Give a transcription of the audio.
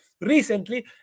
recently